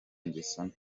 ngeso